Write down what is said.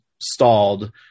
stalled